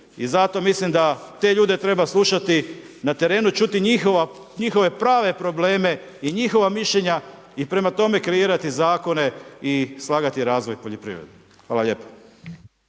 I zato mislim da te ljude treba slušati, na terenu čuti njihove prave probleme i njihova mišljenja i prema tome kreirati zakone i slagati razvoj u poljoprivredi. Hvala lijepo.